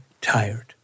tired